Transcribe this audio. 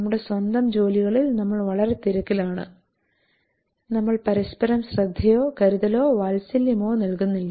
നമ്മുടെ സ്വന്തം ജോലികളിൽ നമ്മൾ വളരെ തിരക്കിലാണ് നമ്മൾ പരസ്പരം ശ്രദ്ധയോ കരുതലോ വാത്സല്യമോ നൽകുന്നില്ല